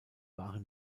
waren